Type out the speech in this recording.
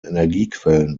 energiequellen